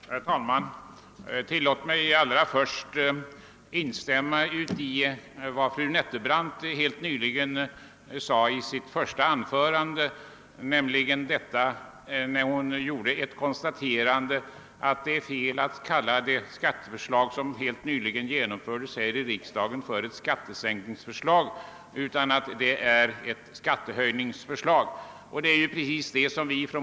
Herr talman! Tillåt mig allra först instämma i ett uttalande i fru Nettelbrandts första anförande. Hon konstaterade att det är fel att kalla det skatteförslag som helt nyligen bifölls här i riksdagen för ett skattesänkningsförslag, eftersom det tvärtom rör sig om skattehöjning.